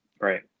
Right